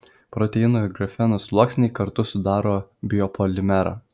proteinų ir grafeno sluoksniai kartu sudaro biopolimerą